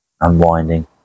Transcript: unwinding